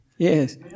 Yes